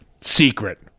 secret